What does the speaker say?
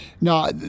no